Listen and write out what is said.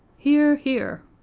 hear, hear.